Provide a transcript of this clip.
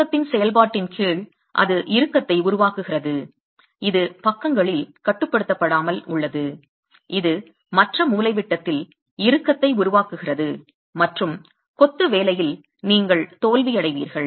சுருக்கத்தின் செயல்பாட்டின் கீழ் அது இறுக்கத்தை உருவாக்குகிறது இது பக்கங்களில் கட்டுப்படுத்தப்படாமல் உள்ளது இது மற்ற மூலைவிட்டத்தில் இறுக்கத்தை உருவாக்குகிறது மற்றும் கொத்து வேலையில் நீங்கள் தோல்வியடைவீர்கள்